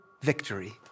victory